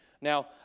Now